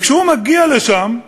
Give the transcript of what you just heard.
וכשהוא מגיע לשם,